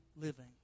living